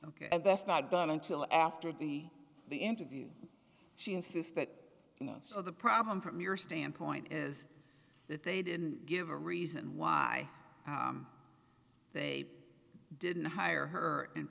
and that's not done until after the the interview she insists that enough so the problem from your standpoint is that they didn't give a reason why they didn't hire her in